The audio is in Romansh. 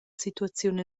situaziun